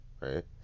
right